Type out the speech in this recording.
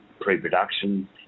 pre-production